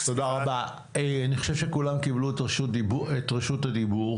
תודה רבה, אני חושב שכולם קיבלו את רשות הדיבור.